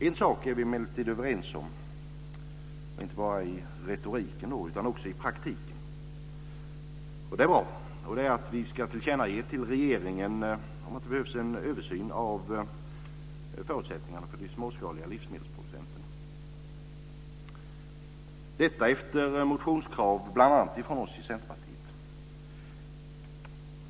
En sak är vi emellertid överens om, och inte bara i retoriken utan också i praktiken, och det är att vi ska ge regeringen till känna att det behövs en översyn av förutsättningarna för de småskaliga livsmedelsproducenterna. Detta har bl.a. vi i Centerpartiet framfört i motionskrav.